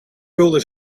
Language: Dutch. vulde